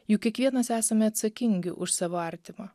juk kiekvienas esame atsakingi už savo artimą